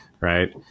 right